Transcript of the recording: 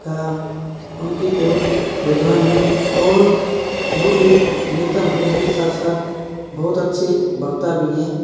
का उनकी ओर रुझान है और वो एक नेता होने के साथ साथ बहुत अच्छे वक्ता भी हैं